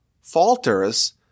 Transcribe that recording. falters